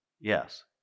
Yes